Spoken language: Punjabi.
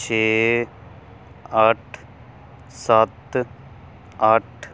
ਛੇ ਅੱਠ ਸੱਤ ਅੱਠ